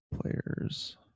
Players